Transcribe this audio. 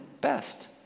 best